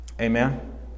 Amen